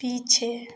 पीछे